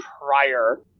prior